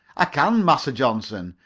i can, massa johnson.